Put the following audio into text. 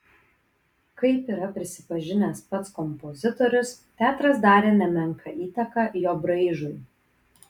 kaip yra prisipažinęs pats kompozitorius teatras darė nemenką įtaką jo braižui